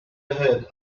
ahead